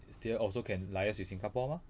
still also can liaise with singapore mah